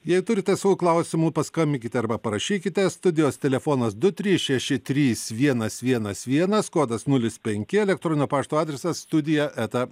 jei turite savų klausimų paskambinkite arba parašykite studijos telefonas du trys šeši trys vienas vienas vienas kodas nulis penki elektroninio pašto adresas studija eta